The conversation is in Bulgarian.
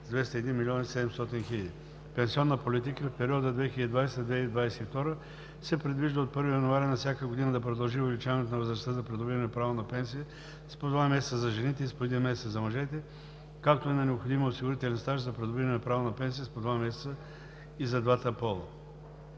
с 201,7 млн. лв. - Пенсионната политика. В периода 2020 – 2022 г. се предвижда от 1 януари на всяка година да продължи увеличаването на възрастта за придобиване право на пенсия с по 2 месеца за жените и с по 1 месец за мъжете, както и на необходимия осигурителен стаж за придобиване право на пенсия с по 2 месеца и за двата пола.